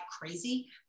crazy